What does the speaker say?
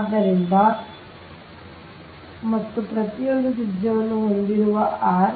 ಆದ್ದರಿಂದ ಮತ್ತು ಪ್ರತಿಯೊಂದೂ ತ್ರಿಜ್ಯವನ್ನು ಹೊಂದಿರುವ r